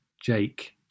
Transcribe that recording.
Jake